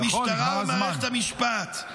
במשטרה ובמערכת המשפט.